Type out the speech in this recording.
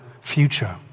future